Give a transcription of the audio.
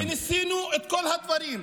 ניסינו את כל הדברים.